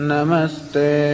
Namaste